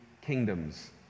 kingdoms